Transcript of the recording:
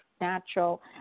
natural